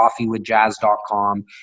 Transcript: coffeewithjazz.com